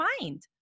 mind